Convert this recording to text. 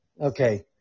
Okay